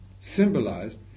symbolized